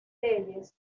leyes